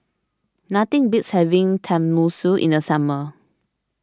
nothing beats having Tenmusu in the summer